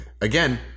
again